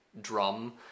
drum